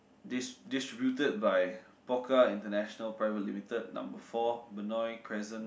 dis~ distributed by Pokka international private limited number four Benoi cresent